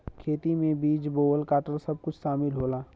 खेती में बीज बोवल काटल सब कुछ सामिल होला